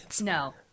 no